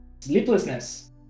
sleeplessness